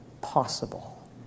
possible